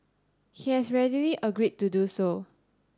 he has readily agreed to do so